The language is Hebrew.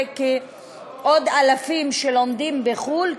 ועוד אלפים שלומדים בחו"ל,